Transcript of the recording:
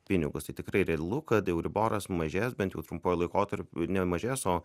pinigus tikrai realu kad euriboras mažės bent jau trumpuoju laikotarpiu nemažės o